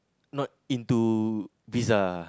not into pizza